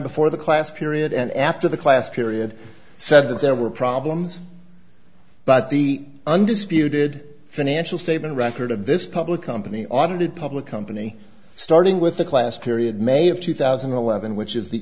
before the class period and after the class period so that there were problems but the undisputed financial statement record of this public company audited public company starting with the class period may of two thousand and eleven which is the